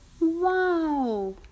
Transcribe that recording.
Wow